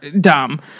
dumb